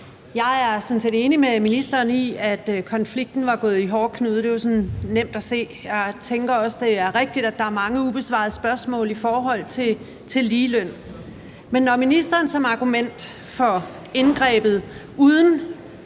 Jeg er sådan set enig med ministeren i, at konflikten var gået i hårdknude. Det var sådan nemt at se. Jeg tænker også, det er rigtigt, at der er mange ubesvarede spørgsmål i forhold til ligeløn. Men når ministeren som argument for indgrebet, uden